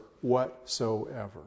whatsoever